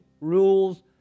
rules